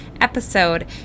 episode